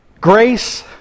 grace